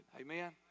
Amen